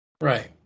Right